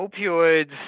opioids